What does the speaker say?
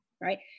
right